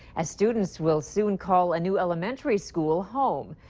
as students will soon call a new elementary school home.